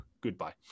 goodbye